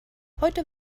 heute